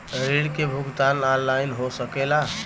ऋण के भुगतान ऑनलाइन हो सकेला?